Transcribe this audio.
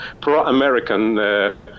pro-american